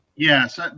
Yes